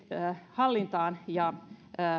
hallintaan ja